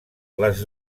les